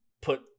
put